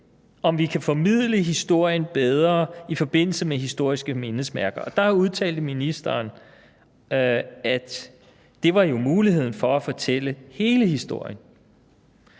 om vi kan formidle historien bedre i forbindelse med historiske mindesmærker. Og der udtalte ministeren, at det jo var muligheden for at fortælle hele historien.